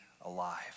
alive